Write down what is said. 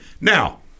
Now